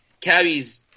cabbies